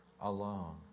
alone